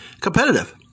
competitive